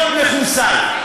להיות מחוסל.